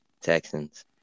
Texans